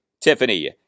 Tiffany